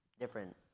different